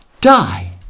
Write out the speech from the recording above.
die